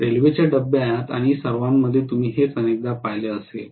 रेल्वेच्या डब्यात आणि सर्वांमध्ये तुम्ही हेच अनेकदा पाहिले असेल